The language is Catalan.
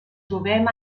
trobem